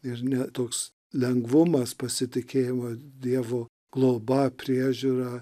ir ne toks lengvumas pasitikėjimas dievo globa priežiūra